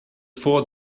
four